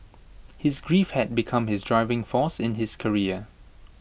his grief had become his driving force in his career